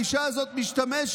האישה הזאת משתמשת